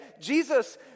Jesus